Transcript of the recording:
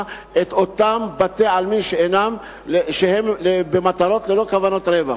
את אותם בתי-עלמין שהם ללא כוונות רווח.